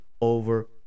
over